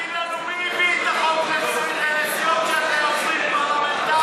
תגיד לנו מי הביא את החוק על נסיעות של עוזרים פרלמנטריים,